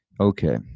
Okay